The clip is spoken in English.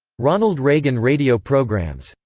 ronald reagan radio programs.